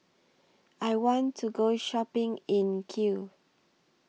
I want to Go Shopping in Kiev